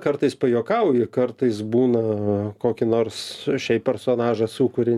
kartais pajuokauji kartais būna kokį nors šiaip personažą sukuri